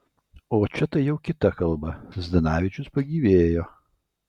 o čia tai jau kita kalba zdanavičius pagyvėjo